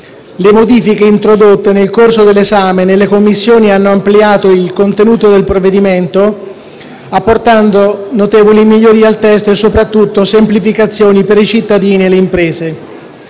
Le modifiche introdotte nel corso dell'esame nelle Commissioni hanno ampliato il contenuto del provvedimento, apportando notevoli migliorie al testo e soprattutto semplificazioni per i cittadini e le imprese.